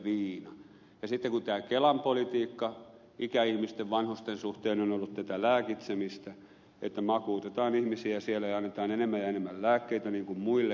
sitten tämä kelan politiikka ikäihmisten vanhusten suhteen on ollut tätä lääkitsemistä että makuutetaan ihmisiä siellä ja annetaan enemmän ja enemmän lääkkeitä niin kuin muillekin